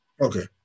Okay